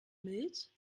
milch